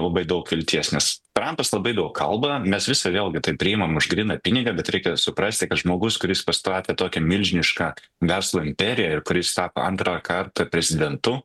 labai daug vilties nes trampas labai daug kalba mes viską vėlgi tai priimam už gryną pinigą bet reikia suprasti kad žmogus kuris pastatė tokią milžinišką verslo imperiją ir kuris tapo antrą kartą prezidentu